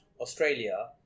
Australia